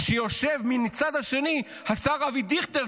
כשיושב מהצד השני השר אבי דיכטר,